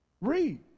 Read